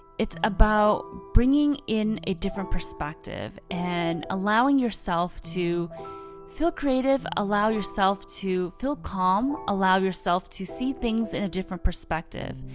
it's about bringing in a different perspective and allowing yourself to feel creative, allow yourself to feel calm, allow yourself to see things in a different perspective.